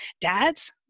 Dads